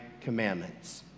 commandments